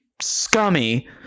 scummy